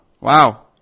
Wow